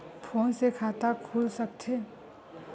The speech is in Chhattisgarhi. फोन से खाता खुल सकथे?